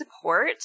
support